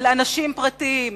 של אנשים פרטיים,